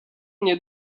мне